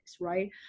right